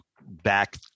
back